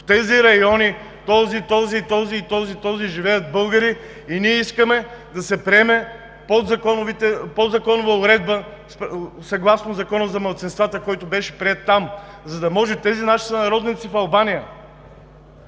в тези райони – този, този, този и този, живеят българи и ние искаме да се приеме подзаконова уредба съгласно Закона за малцинствата, който беше приет там, за да може тези наши сънародници в Албания